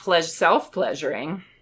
self-pleasuring